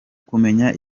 kumenya